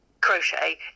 crochet